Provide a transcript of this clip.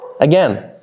again